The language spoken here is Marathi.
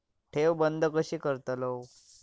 ठेव बंद कशी करतलव?